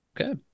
okay